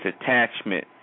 attachment